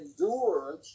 endured